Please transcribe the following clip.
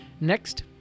Next